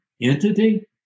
entity